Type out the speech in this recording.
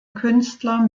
künstler